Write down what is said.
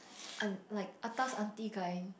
and like atas aunty kind